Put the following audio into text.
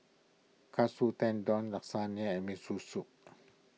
Katsu Tendon Lasagna and Miso Soup